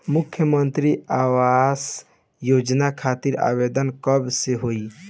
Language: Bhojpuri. मुख्यमंत्री आवास योजना खातिर आवेदन कब से होई?